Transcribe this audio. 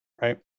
right